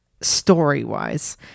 story-wise